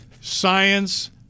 science